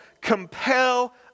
compel